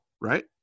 right